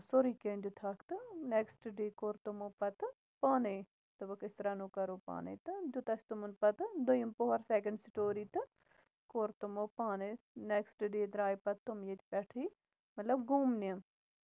سورُے کیٚنہہ دِیُتہوکھ تہٕ نیکٔسٹ ڈے کوٚر تٕمَو پَتہٕ پانَے دوٚپُکھ أسۍ رَنو کرو پانَے تہٕ دیُت اَسہِ تِمَن پَتہٕ دوٚیِم پور سیکَنڈ سٔٹوری تہٕ کور تِمَو پانَے نیکٔسٹ ڈے درایہِ پَتہٕ تِم ییٚتہِ پٮ۪ٹھٕے مطلب گوٗمنہِ